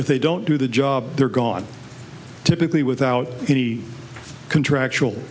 they don't do the job they're gone typically without any contractual